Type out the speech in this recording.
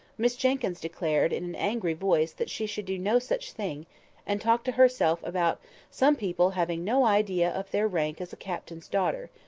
miss jenkyns declared, in an angry voice, that she should do no such thing and talked to herself about some people having no idea of their rank as a captain's daughter,